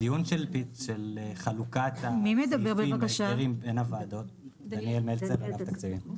בדיון של חלוקת הסעיפים בין הוועדות שהיה לפני